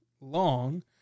long